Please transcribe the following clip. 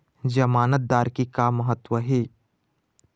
जमानतदार के का महत्व हे?